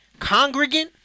congregant